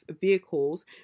vehicles